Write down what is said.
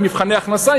עם מבחני הכנסה,